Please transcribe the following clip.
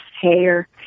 hair